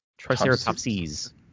Triceratopses